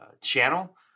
channel